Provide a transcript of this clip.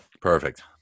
Perfect